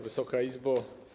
Wysoka Izbo!